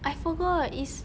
I forgot it's